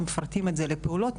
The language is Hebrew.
מפרטים את זה לפעולות,